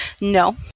No